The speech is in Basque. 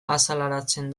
azaleratzen